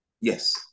Yes